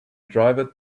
driver